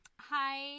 Hi